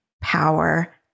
power